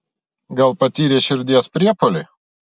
gal patyrė širdies priepuolį